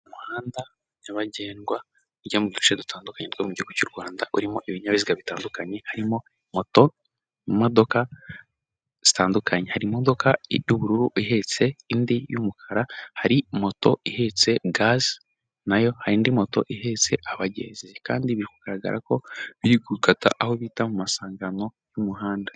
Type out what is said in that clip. Umuhanda nyabagendwa ujya mu duce dutandukanye t mu gihugu cy'u rwanda urimo ibinyabiziga bitandukanye harimo moto mu modoka zitandukanye harimodoka iy'ubururu ihetse indi y'umukara hari moto ihetse gaz nayo hari indi moto ihetse abagenzi kandi bigaragara ko biri gukata aho bita mu masangano y'umuhanda.